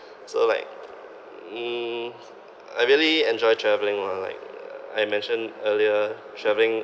so like mm I really enjoy traveling lah like I mentioned earlier travelling